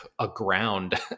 aground